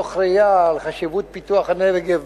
מתוך ראייה של חשיבות פיתוח הנגב,